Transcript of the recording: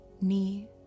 knee